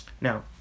Now